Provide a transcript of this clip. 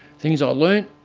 things i learnt.